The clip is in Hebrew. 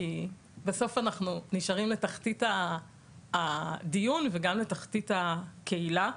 כי בסוף אנחנו נשארים בתחתית הדיון וגם בתחתית הקהילה.